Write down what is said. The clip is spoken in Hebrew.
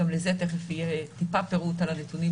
תכף יהיה טיפה פירוט על הנתונים,